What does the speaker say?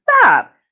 stop